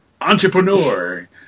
Entrepreneur